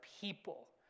people